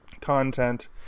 content